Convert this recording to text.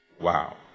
wow